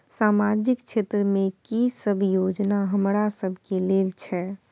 सामाजिक क्षेत्र में की सब योजना हमरा सब के लेल छै?